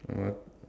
what